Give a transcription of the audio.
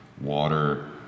water